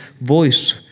voice